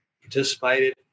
participated